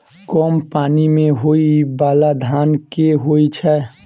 कम पानि मे होइ बाला धान केँ होइ छैय?